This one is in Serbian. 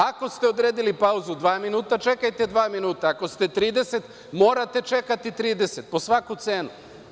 Ako ste odredili pauzu dva minuta, čekajte dva minuta, ako ste 30, morate čekati 30 minuta, po svaku cenu.